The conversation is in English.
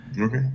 okay